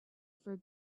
for